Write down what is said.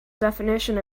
definition